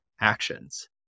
actions